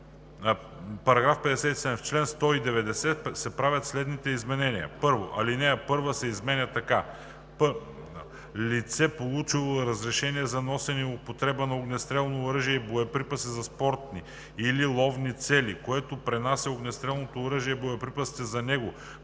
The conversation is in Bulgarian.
§ 57: „57. В чл. 190 се правят следните изменения: 1. Алинея 1 се изменя така: „(1) Лице, получило разрешение за носене и употреба на огнестрелно оръжие и боеприпаси за спортни или ловни цели, което пренася огнестрелното оръжие, боеприпасите за него,